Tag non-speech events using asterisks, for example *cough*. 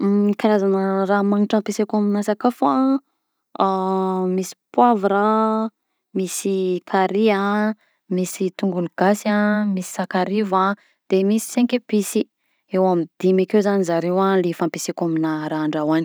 *hesitation* Karazana raha magnitra ampiasaiko aminà sakafo an *hesitation* misy poivre a, misy carry an, misy tongolo gasy an, misy sakarivo de misy cinq epices, eo amy dimy akeo zany zareo a le fampiasaiko amy raha andrahoagna.